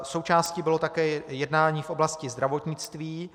Součástí bylo také jednání v oblasti zdravotnictví.